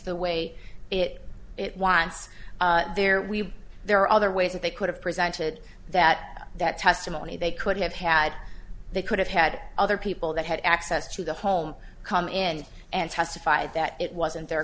the way it it wants there we there are other ways that they could have presented that that testimony they could have had they could have had other people that had access to the home come in and testify that it wasn't the